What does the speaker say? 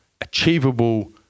achievable